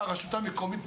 והרשות המקומית,